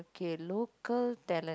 okay local talent